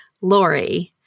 Lori